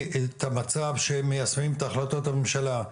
למצב שהם מיישמים את החלטות הממשלה.